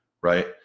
Right